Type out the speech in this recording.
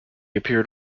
appeared